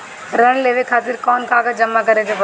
ऋण लेवे खातिर कौन कागज जमा करे के पड़ी?